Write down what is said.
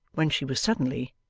when she was suddenly,